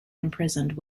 imprisoned